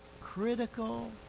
critical